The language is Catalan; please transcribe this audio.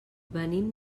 venim